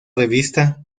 revista